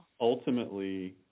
ultimately